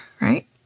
right